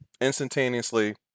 Instantaneously